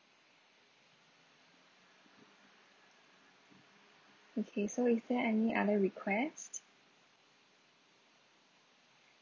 okay so is there any other request